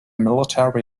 military